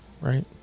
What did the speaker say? right